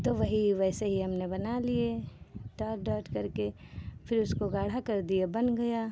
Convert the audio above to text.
तो वही वैसे ही हमने बना लिए डॉट डॉट करके फिर उसको गाढ़ा कर दिए वो बन गया